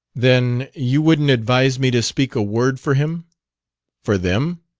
then you wouldn't advise me to speak a word for him for them?